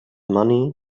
money